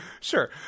Sure